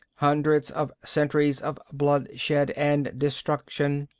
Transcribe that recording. hundreds of centuries of bloodshed and destruction.